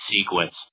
sequence